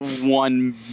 one